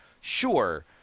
Sure